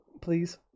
please